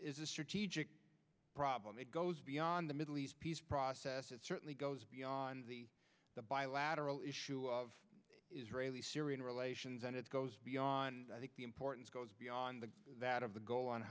is a strategic problem it goes beyond the middle east peace process it certainly goes beyond the bilateral issue of israeli syrian relations and it goes beyond i think the importance goes beyond that